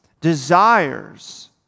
desires